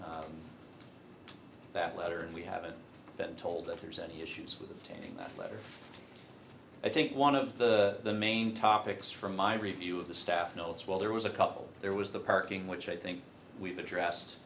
that letter and we haven't been told if there's any issues with chain letter i think one of the main topics from my review of the staff notes while there was a couple there was the parking which i think we've addressed